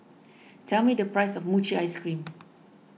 tell me the price of Mochi Ice Cream